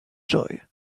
joy